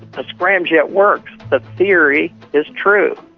but scramjet works, the theory is true.